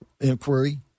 inquiry